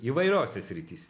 įvairiose sritys